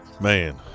Man